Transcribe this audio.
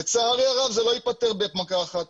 לצערי הרב זה לא ייפתר במכה אחת,